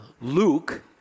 Luke